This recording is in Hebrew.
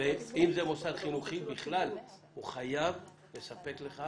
אם זה מוסד חינוכי, בכלל הוא חייב לספק לך